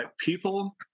people